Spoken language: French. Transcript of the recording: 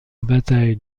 bataille